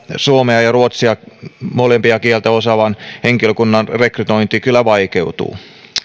suomea ja ruotsia molempia kieliä osaavan henkilökunnan rekrytointi kyllä vaikeutuu